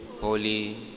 holy